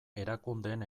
erakundeen